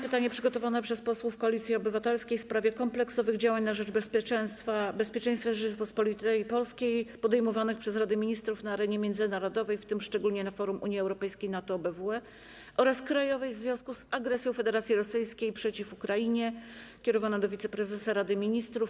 Pytanie przygotowane przez posłów Koalicji Obywatelskiej w sprawie kompleksowych działań na rzecz bezpieczeństwa Rzeczypospolitej Polskiej podejmowanych przez Radę Ministrów na arenie międzynarodowej, w tym szczególnie na forum Unii Europejskiej, NATO, OBWE, oraz krajowych w związku z agresją Federacji Rosyjskiej przeciw Ukrainie, kierowane do wiceprezesa Rady Ministrów.